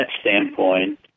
standpoint